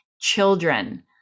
children